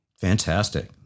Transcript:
Fantastic